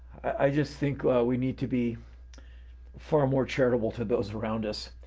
i just think we need to be far more charitable to those around us,